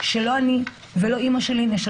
כמו שהיא תדבר מה שהיא רוצה ואף אחד לא צריך להפריע